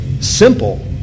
Simple